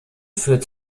führt